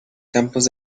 campos